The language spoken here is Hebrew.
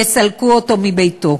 יסלקו אותו מביתו.